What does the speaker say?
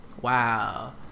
Wow